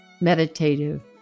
Meditative